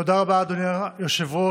תודה רבה, אדוני היושב-ראש.